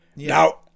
Now